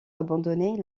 abandonnée